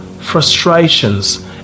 frustrations